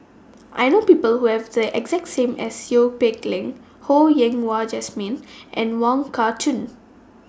I know People Who Have The exact name as Seow Peck Leng Ho Yen Wah Jesmine and Wong Kah Chun